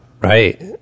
Right